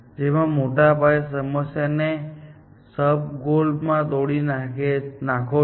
જેમાં તમે મોટા પાયે સમસ્યાને સબ ગોલ માં તોડી નાખો છો